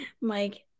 Mike